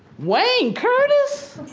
wayne curtis?